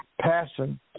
passion